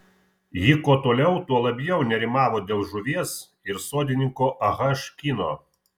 ji kuo toliau tuo labiau nerimavo dėl žuvies ir sodininko ah kino